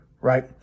right